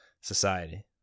society